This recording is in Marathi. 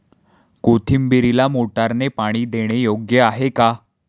कोथिंबीरीला मोटारने पाणी देणे योग्य आहे का?